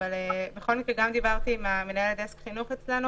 בכל מקרה, דיברתי גם עם מנהל דסק חינוך אצלנו